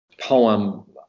poem